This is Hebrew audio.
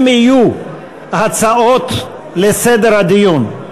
אם יהיו הצעות לסדר הדיון,